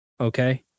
Okay